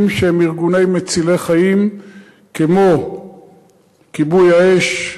שהם ארגונים מצילי חיים כמו כיבוי האש,